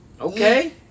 okay